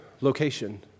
location